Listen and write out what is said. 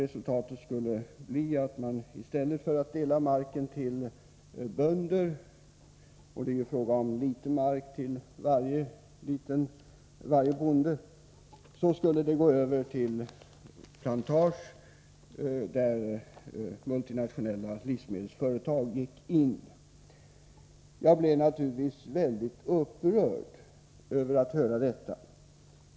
Resultatet skulle bli att Sri Lankas regering i stället för att dela marken till bönder — det är fråga om litet mark till varje bonde — skulle låta en viss del övergå till plantager som multinationella livsmedelsföretag hade köpt. Jag blev naturligtvis mycket upprörd över detta.